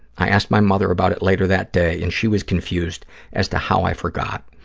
i asked my mother about it later that day and she was confused as to how i forgot.